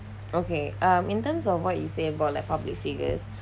okay um in terms of what you said about like public figures